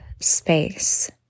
space